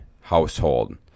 household